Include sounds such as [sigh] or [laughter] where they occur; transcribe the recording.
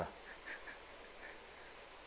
[laughs]